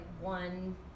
one